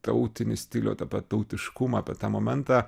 tautinį stilių tapa tautiškumą apie tą momentą